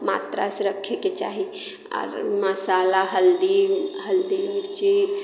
मात्रा से रखैके चाही आर मसाला हल्दी हल्दी मिर्ची